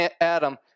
Adam